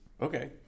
Okay